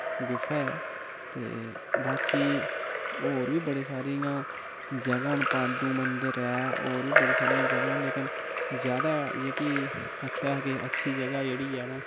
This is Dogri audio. गुफा ऐते बाकि होर बी बड़े सारियां जगह् न पांडु मंदर ऐ होर बी बड़ी सारी जगह् न लेकिन जैदा जेह्की आखेआ हा के अच्छी जगह् जेह्ड़ी ऐ तां